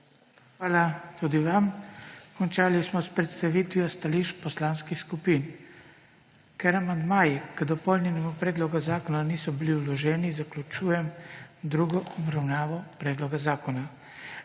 Hvala tudi vam. Končali smo s predstavitvijo stališč poslanskih skupin. Ker amandmaji k dopolnjenemu predlogu zakona niso bili vloženi, zaključujem drugo obravnavo predloga zakona.